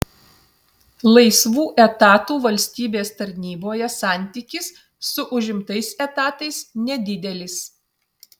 laisvų etatų valstybės tarnyboje santykis su užimtais etatais nedidelis